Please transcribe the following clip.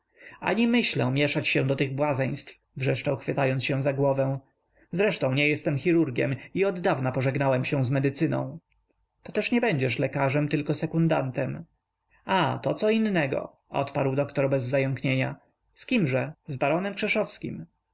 ani myślę mieszać się do tych błazeństw wrzeszczał chwytając się za głowę zresztą nie jestem chirurgiem i oddawna pożegnałem się z medycyną to też nie będziesz lekarzem tylko sekundantem a to co innego odparł doktor bez zająknienia z kimże z baronem